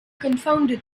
confounded